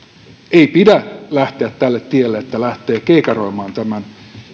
ei pidä lähteä tälle tielle että lähtee keikaroimaan tämän